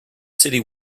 city